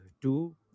two